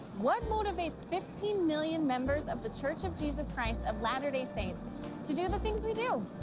what motivates fifteen million members of the church of jesus christ of latter-day saints to do the things we do?